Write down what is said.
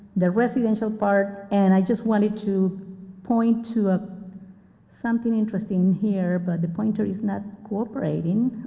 the residential part. and i just wanted to point to ah something interesting here. but the pointer is now cooperating.